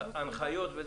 ההנחיות,